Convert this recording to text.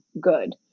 good